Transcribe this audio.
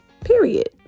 Period